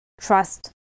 trust